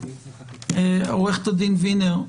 עו"ד וינר,